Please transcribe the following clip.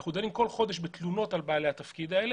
אנחנו דנים בכל חודש בתלונות על בעלי התפקיד האלה,